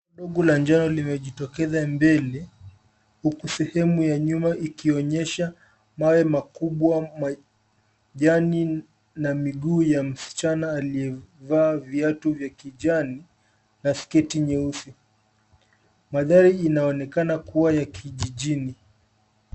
Ua dogo la njano limejitokeza mbele huku sehemu ya nyuma ikionyesha mawe makubwa, majani na miguu ya msichana aliyevaa viatu vya kijani na sketi nyeusi. Mandhari inaonekana kuwa ya kijijini.